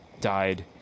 died